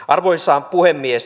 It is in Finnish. arvoisa puhemies